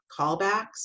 callbacks